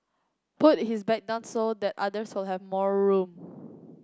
put his bag down so that others have more room